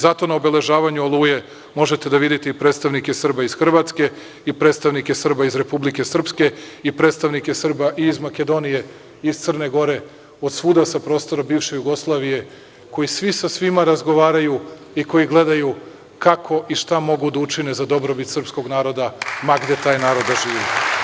Zato na obeležavanju „Oluje“ možete da vidite i predstavnike Srba iz Hrvatske i predstavnike Srba iz Republike Srpske i predstavnike Srba iz Makedonije, Crne Gore, od svuda sa prostora bivše Jugoslavije koji svi sa svima razgovaraju i koji gledaju kako i šta mogu da učine za dobrobit srpskog naroda, ma gde da taj narod živi.